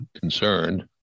Concerned